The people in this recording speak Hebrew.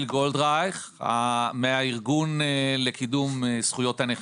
גולדרייך מהארגון לקידום זכויות הנכים.